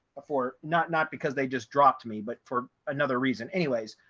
for not not because they just dropped me but for another reason. anyways,